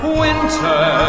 winter